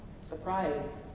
Surprise